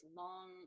long